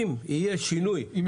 יש הבדל בין אם הוא